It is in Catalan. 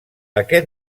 aquest